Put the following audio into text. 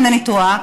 אם אינני טועה,